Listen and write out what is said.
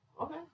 Okay